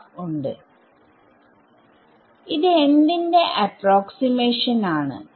ഉണ്ട് ഇത് എന്തിന്റെ അപ്രോക്സിമേഷൻ ആണ്